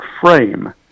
frame